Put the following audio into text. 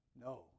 No